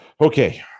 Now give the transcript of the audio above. okay